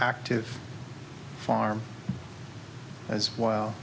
active farm as well